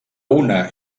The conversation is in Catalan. una